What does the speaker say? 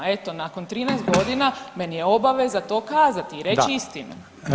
Eto nakon 13 godina meni je obaveza to kazati i reći istinu.